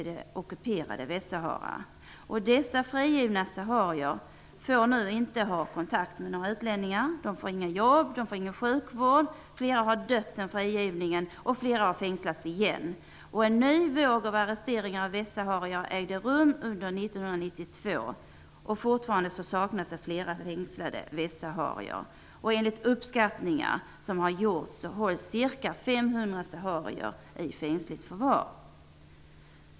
De ''frigivna'' Dessa frigivna saharier får emellertid inte ha kontakt med någon utlänning. De får inga jobb och ingen sjukvård. Flera har dött sedan ''frigivningen''. Flera har fängslats igen. En ny våg av arresteringar av västsaharier ägde rum under 1992. Fortfarande saknas flera fängslade västsaharier. Enligt uppskattningar som gjorts hålls ca 500 saharier i fängsligt förvar.